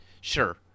sure